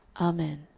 Amen